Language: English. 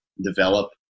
develop